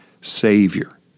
Savior